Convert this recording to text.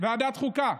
ועדת חוקה.